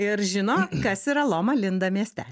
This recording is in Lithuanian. ir žino kas yra loma linda mieste